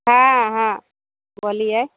हँ हँ बोलियै